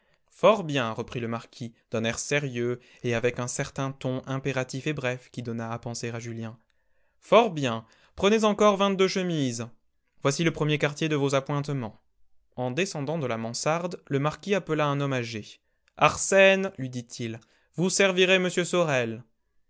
fort bien reprit le marquis d'un air sérieux et avec un certain ton impératif et bref qui donna à penser à julien fort bien prenez encore vingt-deux chemises voici le premier quartier de vos appointements en descendant de la mansarde le marquis appela un homme âgé arsène lui dit-il vous servirez m sorel